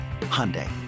Hyundai